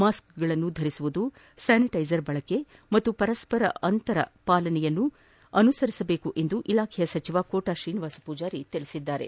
ಮಾಸ್ಕ್ಗಳನ್ನು ಧರಿಸುವುದು ಸ್ಯಾನಿಟೈಸರ್ ಬಳಕೆ ಮತ್ತು ಪರಸ್ವರ ನಿಗದಿ ಮಾಡಿರುವ ಅಂತರ ಪಾಲನೆಯನ್ನು ಅನುಸರಿಸಬೇಕೆಂದು ಇಲಾಖೆಯ ಸಚಿವ ಕೋಟಾ ಶ್ರೀನಿವಾಸ ಮೂಜಾರಿ ತಿಳಿಸಿದ್ದಾರೆ